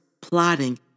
plotting